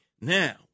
Now